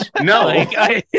No